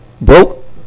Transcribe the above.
broke